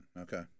Okay